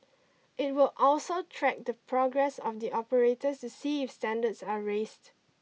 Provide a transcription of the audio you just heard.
it will also track the progress of the operators to see if standards are raised